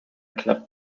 club